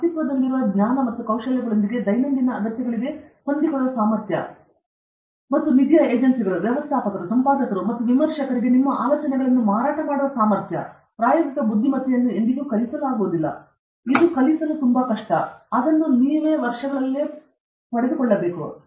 ಅಸ್ತಿತ್ವದಲ್ಲಿರುವ ಜ್ಞಾನ ಮತ್ತು ಕೌಶಲ್ಯಗಳೊಂದಿಗೆ ದೈನಂದಿನ ಅಗತ್ಯಗಳಿಗೆ ಹೊಂದಿಕೊಳ್ಳುವ ಸಾಮರ್ಥ್ಯ ಮತ್ತು ನಿಧಿಯ ಏಜೆನ್ಸಿಗಳು ವ್ಯವಸ್ಥಾಪಕರು ಸಂಪಾದಕರು ಮತ್ತು ವಿಮರ್ಶಕರಿಗೆ ನಿಮ್ಮ ಆಲೋಚನೆಗಳನ್ನು ಮಾರಾಟ ಮಾಡುವ ಸಾಮರ್ಥ್ಯ ಪ್ರಾಯೋಗಿಕ ಬುದ್ಧಿಮತ್ತೆಯನ್ನು ಎಂದಿಗೂ ಕಲಿಸಲಾಗುವುದಿಲ್ಲ ಇದು ಕಲಿಸಲು ತುಂಬಾ ಕಷ್ಟ ನೀವು ಅದನ್ನು ವರ್ಷಗಳಲ್ಲಿ ಪಡೆದುಕೊಳ್ಳಬೇಕು